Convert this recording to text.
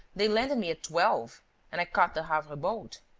they landed me at twelve and i caught the havre boat.